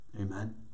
Amen